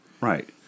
right